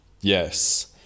Yes